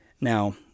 Now